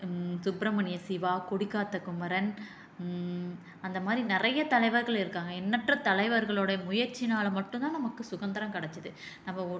சுப்ரமணிய சிவா கொடிக்காத்த குமரன் அந்த மாதிரி நிறைய தலைவர்கள் இருக்காங்க எண்ணற்ற தலைவர்களோடைய முயற்சினால் மட்டும் தான் நமக்கு சுதந்திரம் கெடைச்சிது நம்ம ஒ